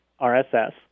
RSS